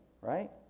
right